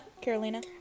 carolina